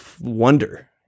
wonder